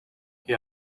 you